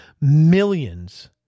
millions